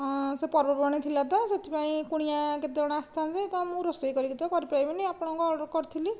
ହଁ ସେହି ପର୍ବପର୍ବାଣି ଥିଲା ତ ସେଥିପାଇଁ କୁଣିଆ କେତେ ଜଣ ଆସିଥାନ୍ତେ ତ ମୁଁ ରୋଷେଇ କରିକି ତ କରିପାରିବିନି ଆପଣଙ୍କଠୁ ଅର୍ଡ଼ର କରିଥିଲି